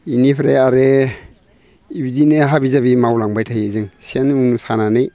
बेनिफ्राय आरो बिदिनो हाबि जाबि मावलांबाय थायो जों सेन सानानै